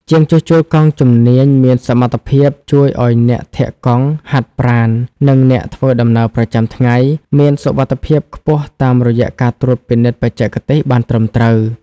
ជាងជួសជុលកង់ជំនាញមានសមត្ថភាពជួយឱ្យអ្នកធាក់កង់ហាត់ប្រាណ និងអ្នកធ្វើដំណើរប្រចាំថ្ងៃ មានសុវត្ថិភាពខ្ពស់តាមរយៈការត្រួតពិនិត្យបច្ចេកទេសបានត្រឹមត្រូវ។